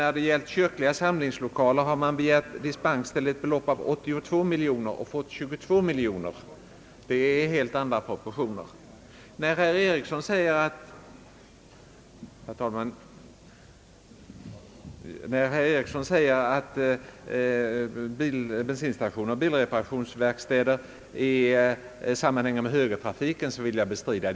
När det gällt kyrkliga samlingslokaler har dispens begärts till ett belopp av 82 miljoner kronor, men endast 22 miljoner kronor har beviljats. Det är alltså här fråga om helt andra proportioner. Herr Eriksson säger att byggandet av bensinstationer och bilreparationsverkstäder sammanhänger med högertrafiken, men det vill jag bestrida.